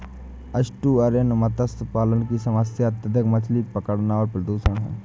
estuarine मत्स्य पालन की समस्या अत्यधिक मछली पकड़ना और प्रदूषण है